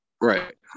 right